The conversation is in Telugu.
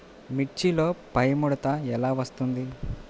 మిర్చిలో పైముడత ఎలా వస్తుంది?